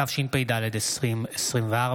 התשפ"ד 2024,